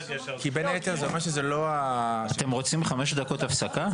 כי בין היתר אומר שזה לא ה -- אתם רוצים חמש דקות הפסקה?